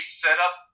setup